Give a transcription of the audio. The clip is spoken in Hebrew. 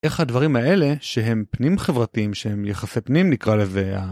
איך הדברים האלה, שהם פנים-חברתיים, שהם יחסי פנים, נקרא לזה...